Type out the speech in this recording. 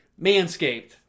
Manscaped